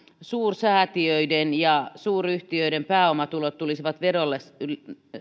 suursäätiöiden ja suuryhtiöiden pääomatulot tulisivat verolle